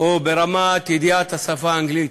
או ברמת ידיעת השפה האנגלית.